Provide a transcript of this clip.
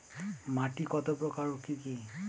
মাটি কত প্রকার ও কি কি?